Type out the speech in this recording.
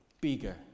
bigger